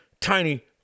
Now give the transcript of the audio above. tiny